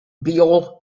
buell